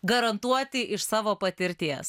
garantuoti iš savo patirties